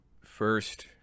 first